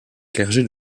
clergé